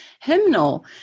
hymnal